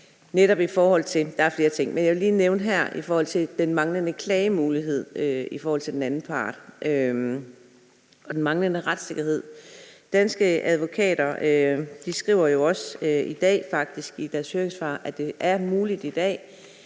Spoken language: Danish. jeg vil lige her nævne den manglende klagemulighed for den anden part og den manglende retssikkerhed. Danske Advokater skriver i deres høringssvar, at det faktisk er muligt i dag.